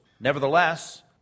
Nevertheless